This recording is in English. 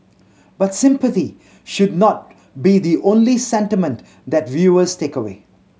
but sympathy should not be the only sentiment that viewers take away